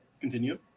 Continue